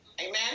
Amen